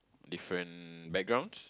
different backgrounds